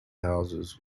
houses